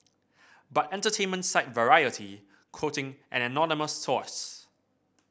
but entertainment site Variety quoting an anonymous source